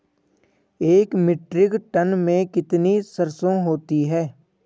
एक metric tonne में कितनी सरसों होती है?